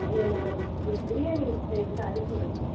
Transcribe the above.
எனக்கு பிரியாணி செய்யுறதுக்கு அரிசி வேணும்